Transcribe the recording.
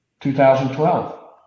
2012